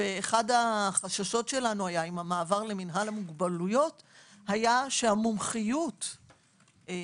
אחד החששות שלנו היה עם המעבר למינהל המוגבלויות היה שהמומחיות בשיקום